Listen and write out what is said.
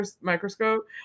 microscope